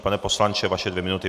Pane poslanče, vaše dvě minuty.